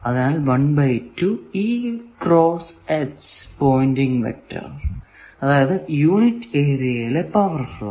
അതിനാൽ എന്നത് Poynting vector അതായത് യൂണിറ്റ് ഏരിയയിലെ പവർ ഫ്ലോ ആണ്